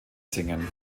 singen